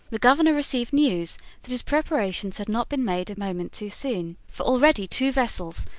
the governor received news that his preparations had not been made a moment too soon, for already two vessels,